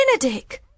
benedict